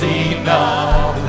enough